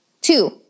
Two